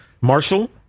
Marshall